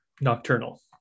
nocturnal